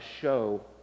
show